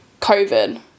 COVID